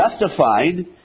justified